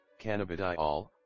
cannabidiol